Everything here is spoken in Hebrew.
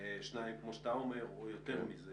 1.2% כמו שאתה אומר או יותר מזה